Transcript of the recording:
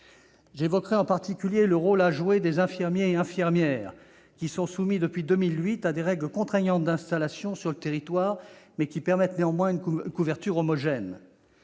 J'évoquerai en particulier le rôle des infirmiers et infirmières, qui sont soumis depuis 2008 à des règles contraignantes d'installation sur le territoire permettant une couverture homogène.